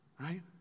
right